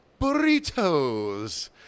burritos